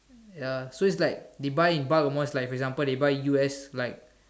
ya so is like they buy and buy almost like for example they buy U_S like